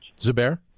Zubair